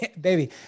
baby